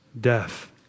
death